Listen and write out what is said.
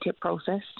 process